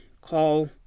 call